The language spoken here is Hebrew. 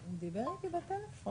בבקשה, רון.